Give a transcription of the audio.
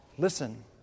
listen